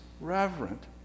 reverent